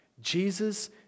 Jesus